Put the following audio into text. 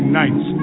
nights